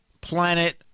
planet